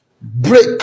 break